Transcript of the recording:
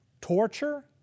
torture